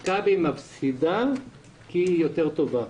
מכבי מפסידה כי היא יותר טובה.